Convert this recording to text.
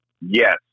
Yes